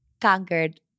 conquered